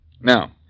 Now